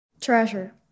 Treasure